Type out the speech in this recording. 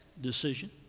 decision